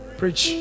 preach